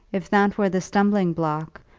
if that were the stumbling-block,